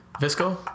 Visco